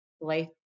life